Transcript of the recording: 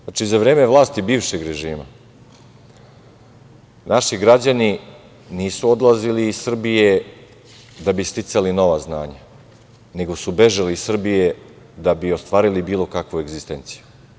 Znači, za vreme vlasti bivšeg režima naši građani nisu odlazili iz Srbije da bi sticali nova znanja, nego su bežali iz Srbije da bi ostvarili bilo kakvu egzistenciju.